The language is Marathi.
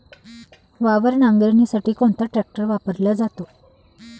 वावर नांगरणीसाठी कोणता ट्रॅक्टर वापरला जातो?